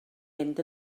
fynd